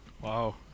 Wow